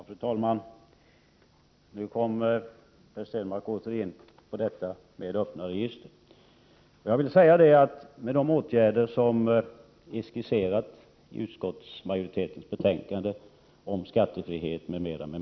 Fru talman! Nu kommer Per Stenmarck åter in på detta med öppna register. Jag har haft samtal med redare som sysslar med den form av sjöfart som har anknytning till Sverige.